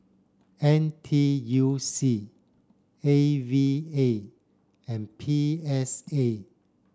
N T U C A V A and P S A